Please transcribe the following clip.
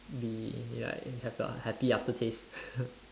be like have the happy aftertaste